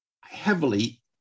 heavily